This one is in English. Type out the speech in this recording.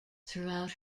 throughout